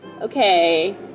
Okay